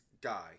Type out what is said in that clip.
guy